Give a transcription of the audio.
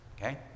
okay